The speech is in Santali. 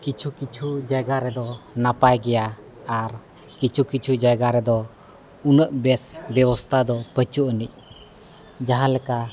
ᱠᱤᱪᱷᱩ ᱠᱤᱪᱷᱩ ᱡᱟᱭᱜᱟ ᱨᱮᱫᱚ ᱱᱟᱯᱟᱭ ᱜᱮᱭᱟ ᱟᱨ ᱠᱤᱪᱷᱩ ᱠᱤᱪᱷᱩ ᱡᱟᱭᱜᱟ ᱨᱮᱫᱚ ᱩᱱᱟᱹᱜ ᱵᱮᱥ ᱵᱮᱵᱚᱥᱛᱷᱟ ᱫᱚ ᱵᱟᱹᱱᱩᱜ ᱟᱹᱱᱤᱡ ᱡᱟᱦᱟᱸ ᱞᱮᱠᱟ